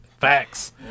Facts